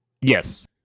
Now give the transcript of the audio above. Yes